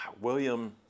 william